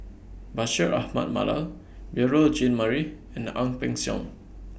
Bashir Ahmad Mallal Beurel Jean Marie and Ang Peng Siong